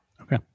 Okay